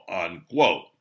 unquote